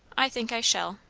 i think i shall,